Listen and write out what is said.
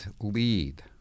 lead